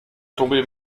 tomber